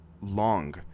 long